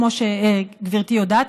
כמו שגברתי יודעת,